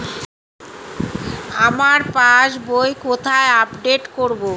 আমার passbook কোথায় update করব?